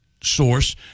source